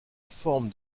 forme